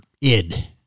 id